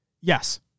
Yes